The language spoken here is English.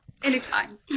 Anytime